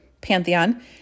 pantheon